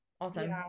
Awesome